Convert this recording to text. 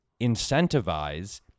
incentivize